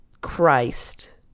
Christ